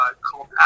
called